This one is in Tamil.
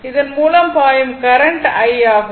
இதன் மூலம் பாயும் கரண்ட் I ஆகும்